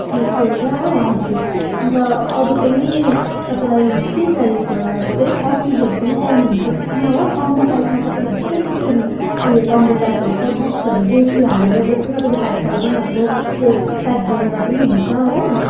त्यो चाहिँ एउटा हो हजुर अन्त अरू पनि तपाईँलाई के चाहिएको होला अरू चाहिँ कपिजहरू पनि पाउनुहुन्छ त्यसमा हो कम्बो प्याकमा तपाईँले डिफ्रेन्ट डिफ्रेन्ट उयो कम्बो प्याकहरू छ बुक्सहरू बेसी हालेर जस्तै तपाईँले फाइभ थाउजन्डहरूको त्यो प्याक बनाउँदा पनि हुन्छ हो